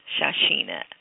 Shashina